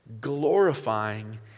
glorifying